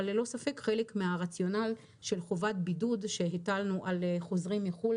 אבל ללא ספק חלק מהרציונל של חובת בידוד שהטלנו על חוזרים מחו"ל